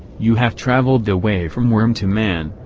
you have traveled the way from worm to man,